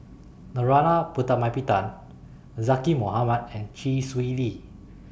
Narana Putumaippittan Zaqy Mohamad and Chee Swee Lee